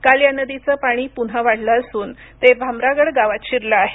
काल या नदीचं पाणी पुन्हा वाढलं असून ते भामरागड गावात शिरलं आहे